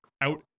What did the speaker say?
out